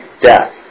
death